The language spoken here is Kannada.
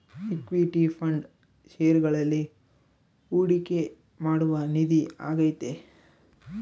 ಇಕ್ವಿಟಿ ಫಂಡ್ ಷೇರುಗಳಲ್ಲಿ ಹೂಡಿಕೆ ಮಾಡುವ ನಿಧಿ ಆಗೈತೆ